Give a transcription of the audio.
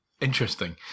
interesting